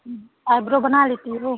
eyebrow बना लेती हो